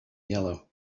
yellow